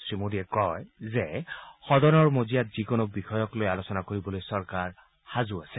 শ্ৰীমোদীয়ে কয় যে সদনৰ মজিয়াত যিকোনো বিষয়ৰ আলোচনা কৰিবলৈ চৰকাৰ সাজু আছে